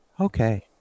Okay